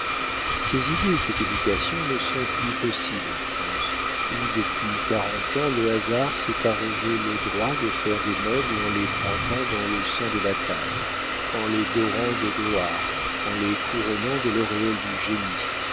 ces idées et cette éducation ne sont plus possibles en france où depuis quarante ans le hasard s'est arrogé le droit de faire des nobles en les trempant dans le sang des batailles en les dorant de gloire en les couronnant de l'auréole du génie